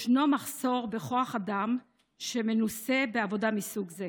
יש מחסור בכוח אדם שמנוסה בעבודה מסוג זה.